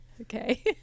Okay